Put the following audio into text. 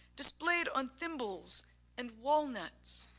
displayed on thimbles and walnuts,